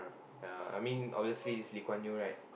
ya I mean obviously its Lee-Kuan-Yew right